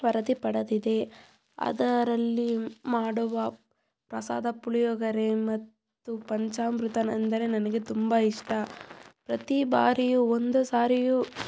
ವರದಿ ಪಡೆದಿದೆ ಅದರಲ್ಲಿ ಮಾಡುವ ಪ್ರಸಾದ ಪುಳಿಯೋಗರೆ ಮತ್ತು ಪಂಚಾಮೃತ ಅಂದರೆ ನನಗೆ ತುಂಬ ಇಷ್ಟ ಪ್ರತಿ ಬಾರಿಯೂ ಒಂದು ಸಾರಿಯೂ